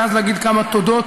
ואז להגיד כמה תודות.